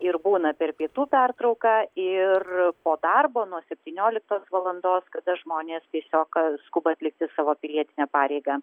ir būna per pietų pertrauką ir po darbo nuo septynioliktos valandos kada žmonės tiesiog skuba atlikti savo pilietinę pareigą